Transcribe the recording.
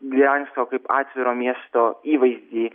gdiansko kaip atviro miesto įvaizdį